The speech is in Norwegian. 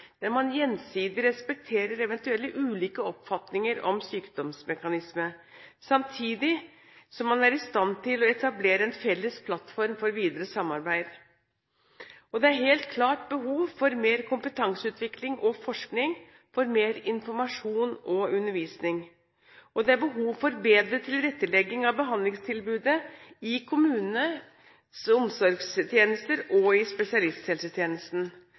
der man gjensidig respekterer eventuelle ulike oppfatninger av sykdomsmekanismene samtidig som man er i stand til å etablere en felles plattform for videre samarbeid. Det er helt klart behov for mer kompetanseutvikling og forskning, for mer informasjon og undervisning, og det er behov for bedre tilrettelegging av behandlingstilbudet i kommunenes omsorgstjenester og i spesialisthelsetjenesten.